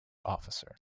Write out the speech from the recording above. officer